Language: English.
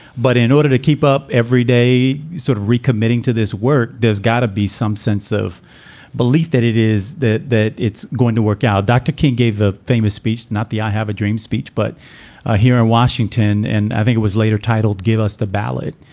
but in order to keep up every day sort of recommitting to this work, there's gotta be some sense of belief that it is that that it's going to work out. dr. king gave a famous speech, not the i have a dream speech, but ah here in washington. and i think it was later titled give us the ballot.